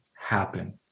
happen